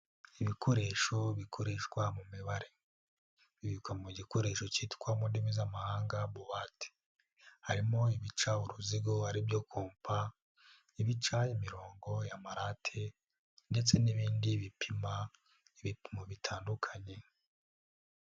Ibikoresho bikoreshwa mu mibare, bibikwa mu gikoresho cyitwa mu ndimi z'amahanga boute, harimo ibica uruzigo ari byo kompa, ibica imirongo y'amarate ndetse n'ibindi bipima ibipimo bitandukanye.